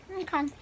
okay